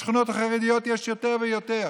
בשכונות החרדיות יש יותר ויותר.